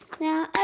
Now